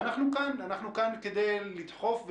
אנחנו כאן כדי לדחוף,